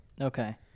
Okay